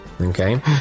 Okay